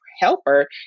Helper